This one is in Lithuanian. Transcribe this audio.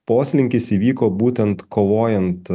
poslinkis įvyko būtent kovojant